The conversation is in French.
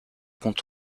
compte